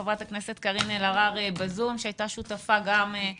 חברת הכנסת קארין אלהרר ב-זום מי שהייתה שותפה בהרבה